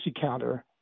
counter